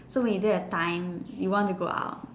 so when you don't have time you want to go out